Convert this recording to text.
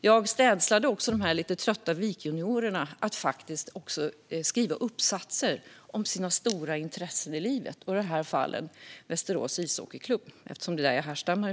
Jag städslade också de lite trötta VIK-juniorerna att skriva uppsatser om sina stora intressen i livet, i det här fallet Västerås Ishockeyklubb. Det är därifrån jag härstammar.